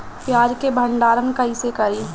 प्याज के भंडारन कईसे करी?